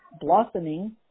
blossoming